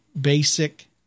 Basic